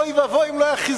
אוי ואבוי אם לא היה חיזור.